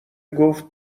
گفت